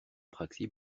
praxi